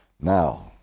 Now